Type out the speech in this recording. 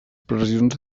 pressions